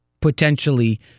potentially